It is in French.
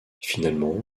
finalement